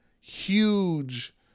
huge